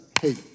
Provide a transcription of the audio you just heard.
hey